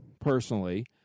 personally